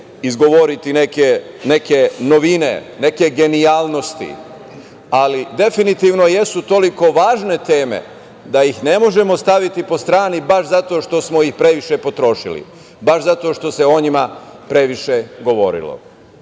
izgovoriti neke novine, neke genijalnosti, ali definitivno jesu toliko važne teme da ih ne možemo staviti po strani baš zato što smo ih previše potrošili, baš zato što se o njima previše govorilo. Da,